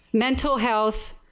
mental health.